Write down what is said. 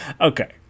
Okay